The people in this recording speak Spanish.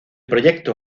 proyecto